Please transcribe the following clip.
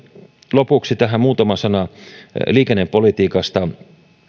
lopuksi tähän muutama sana liikennepolitiikasta